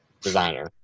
designer